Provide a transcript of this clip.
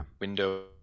Window